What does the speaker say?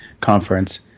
conference